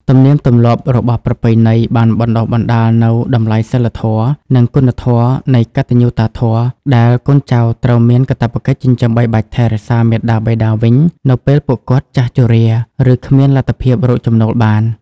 ទំនៀមទម្លាប់របស់ប្រពៃណីបានបណ្ដុះបណ្ដាលនូវ តម្លៃសីលធម៌ និងគុណធម៌នៃកតញ្ញូតាធម៌ ដែលកូនចៅត្រូវមានកាតព្វកិច្ចចិញ្ចឹមបីបាច់ថែរក្សាមាតាបិតាវិញនៅពេលពួកគាត់ចាស់ជរា ឬគ្មានលទ្ធភាពរកចំណូលបាន។